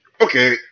okay